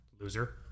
loser